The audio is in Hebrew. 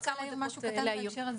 אנסה לשכנע את חברי הכנסת,